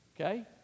Okay